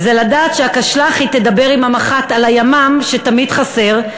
זה לדעת שהקשל"חית תדבר עם המח"ט על הימ"מ שתמיד חסר,